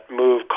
move